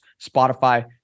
spotify